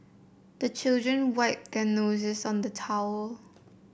the children wipe their noses on the towel